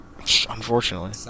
Unfortunately